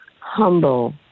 humble